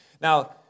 Now